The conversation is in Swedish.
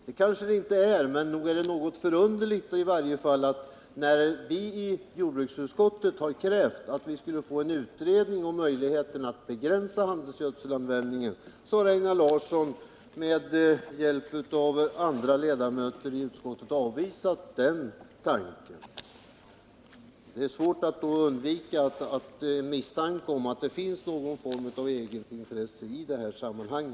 Det kan hända, men nog är det litet förunderligt att Einar Larsson med hjälp av andra ledamöter i jordbruksutskottet när vi där har krävt en utredning om möjligheterna att begränsa handelsgödselanvändningen har avvisat den tanken. Det är svårt att då komma ifrån misstanken att det finns någon form av egenintresse i detta sammanhang.